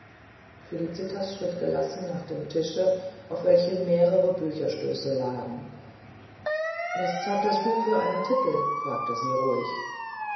felicitas schritt gelassen nach dem tische auf welchem mehrere bücherstöße lagen was hat das buch für einen titel fragte sie ruhig